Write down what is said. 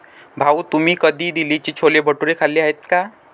भाऊ, तुम्ही कधी दिल्लीचे छोले भटुरे खाल्ले आहेत का?